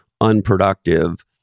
unproductive